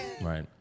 Right